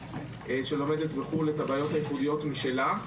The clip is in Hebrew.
שלומדת בחו"ל את הבעיות הייחודיות שלה.